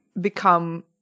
become